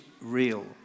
real